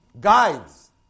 Guides